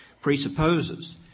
presupposes